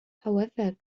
however